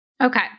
Okay